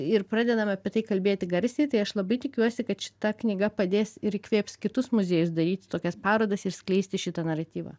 ir pradedame apie tai kalbėti garsiai tai aš labai tikiuosi kad šita knyga padės ir įkvėps kitus muziejus daryti tokias parodas ir skleisti šitą naratyvą